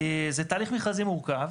זה תהליך מכרזי מורכז,